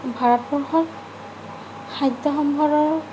ভাৰতবৰ্ষত খাদ্যসম্ভাৰৰ